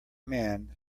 man